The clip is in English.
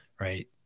right